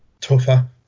tougher